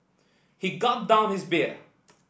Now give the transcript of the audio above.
he gulped down his beer